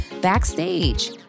backstage